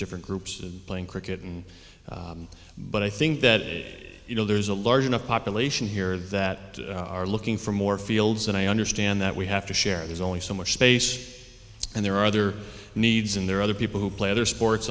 different groups playing cricket and but i think that you know there's a large enough population here that are looking for more fields and i understand that we have to share there's only so much space and there are other needs and there are other people who play other sports